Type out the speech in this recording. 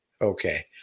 Okay